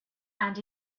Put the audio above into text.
and